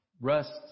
rust